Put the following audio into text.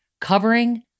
covering